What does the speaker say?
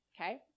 Okay